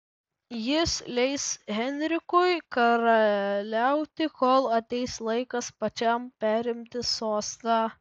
jis leis henrikui karaliauti kol ateis laikas pačiam perimti sostą